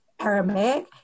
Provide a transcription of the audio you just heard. Aramaic